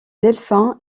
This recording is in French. delphin